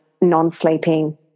non-sleeping